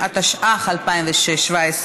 התשע"ח 2017,